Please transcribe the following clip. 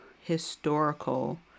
historical